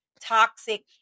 toxic